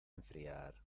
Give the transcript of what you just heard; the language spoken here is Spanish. enfriar